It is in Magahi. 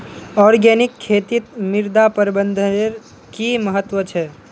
ऑर्गेनिक खेतीत मृदा प्रबंधनेर कि महत्व छे